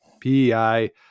PEI